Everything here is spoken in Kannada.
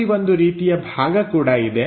ಅಲ್ಲಿ ಒಂದು ರೀತಿಯ ಭಾಗ ಕೂಡ ಇದೆ